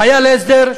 חיילי הסדר,